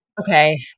Okay